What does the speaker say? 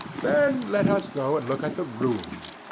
then let us go and look at the room.